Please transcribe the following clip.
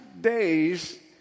days